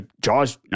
jaws